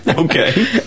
Okay